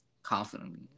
Confidently